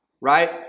right